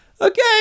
okay